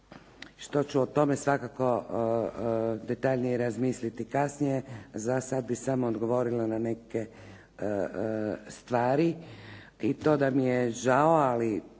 što ću o tome svakako detaljnije razmisliti kasnije. Za sada bih samo odgovorila na neke stvari. I to da mi je žao, ali